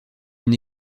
une